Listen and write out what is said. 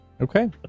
Okay